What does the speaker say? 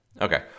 Okay